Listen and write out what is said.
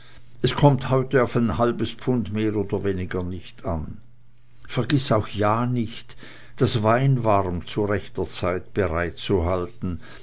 es kömmt heute auf ein halb pfund mehr oder weniger nicht an vergiß auch ja nicht das weinwarm zu rechter zeit